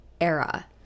era